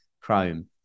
Chrome